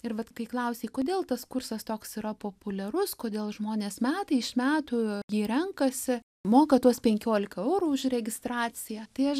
ir vat kai klausei kodėl tas kursas toks yra populiarus kodėl žmonės metai iš metų jį renkasi moka tuos penkiolika eurų už registraciją tai aš